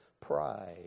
pride